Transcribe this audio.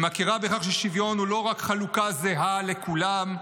היא מכירה בכך ששוויון הוא לא רק חלוקה זהה לכולם,